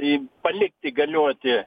į palikti galioti